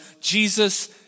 Jesus